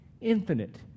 infinite